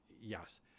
yes